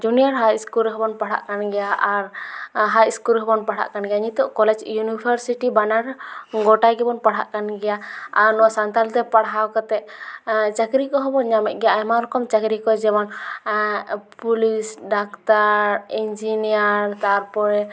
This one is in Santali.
ᱡᱩᱱᱤᱭᱟᱨ ᱦᱟᱭ ᱤᱥᱠᱩᱞ ᱠᱚᱨᱮᱦᱚᱸᱵᱚᱱ ᱯᱟᱲᱦᱟᱜ ᱠᱟᱱ ᱜᱮᱭᱟ ᱟᱨ ᱦᱟᱭ ᱤᱥᱠᱩᱞ ᱨᱮᱦᱚᱸᱵᱚᱱ ᱯᱟᱲᱦᱟᱜ ᱠᱟᱱ ᱜᱮᱭᱟ ᱱᱤᱛᱚᱜ ᱠᱚᱞᱮᱡᱽ ᱤᱭᱩᱱᱤᱵᱷᱟᱨᱥᱤᱴᱤ ᱵᱟᱱᱟᱨ ᱜᱚᱴᱟᱜᱮᱵᱚᱱ ᱯᱟᱲᱦᱟᱜ ᱠᱟᱱ ᱜᱮᱭᱟ ᱟᱨ ᱱᱚᱣᱟ ᱥᱟᱱᱛᱟᱲᱤ ᱛᱮ ᱯᱟᱲᱟᱦᱟᱣ ᱠᱟᱛᱮ ᱪᱟᱹᱠᱨᱤᱢ ᱠᱚᱦᱚᱸᱵᱚᱱ ᱧᱟᱢᱮᱫ ᱜᱮᱭᱟ ᱟᱭᱢᱟ ᱨᱚᱠᱚᱢ ᱪᱟᱹᱠᱨᱤ ᱠᱚ ᱡᱮᱢᱚᱱ ᱯᱩᱞᱤᱥ ᱰᱟᱠᱛᱟᱨ ᱤᱧᱡᱤᱱᱤᱭᱟᱨ ᱛᱟᱨᱯᱚᱨᱮ